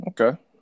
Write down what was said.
Okay